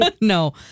no